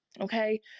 okay